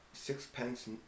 Sixpence